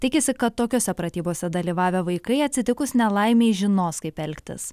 tikisi kad tokiose pratybose dalyvavę vaikai atsitikus nelaimei žinos kaip elgtis